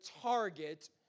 target